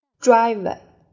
Driver